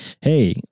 hey